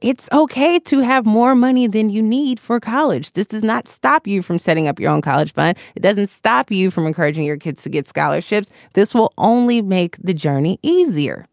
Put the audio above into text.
it's ok to have more money than you need for college. this does not stop you from setting up your own college, but it doesn't stop you from encouraging your kids to get scholarships. this will only make the journey easier